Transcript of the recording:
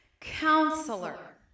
counselor